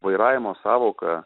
vairavimo sąvoka